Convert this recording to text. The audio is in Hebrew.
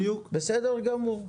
בסדר גמור.